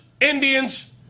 Indians